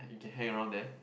you can hang around there